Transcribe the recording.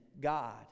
God